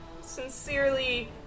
sincerely